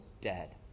dead